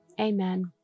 Amen